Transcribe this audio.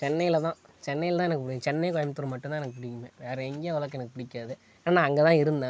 சென்னையிலதான் சென்னையிலதான் எனக்கு பிடிக்கும் சென்னை கோயம்புத்தூர் மட்டுந்தான் எனக்கு பிடிக்குமே வேறு எங்கேயும் அவ்வளோக்கு எனக்கு பிடிக்காது ஏன்னா நான் அங்கேதான் இருந்தேன்